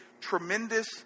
tremendous